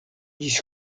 ĝis